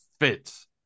fits